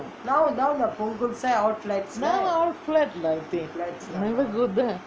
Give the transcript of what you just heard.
now all flat lah I think never go there